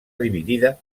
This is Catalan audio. dividida